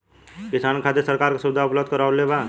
किसान के खातिर सरकार का सुविधा उपलब्ध करवले बा?